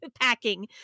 packing